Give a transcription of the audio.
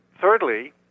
thirdly